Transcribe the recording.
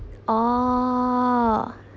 oh